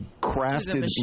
crafted